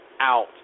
out